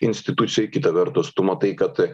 institucijoj kita vertus tu matai kad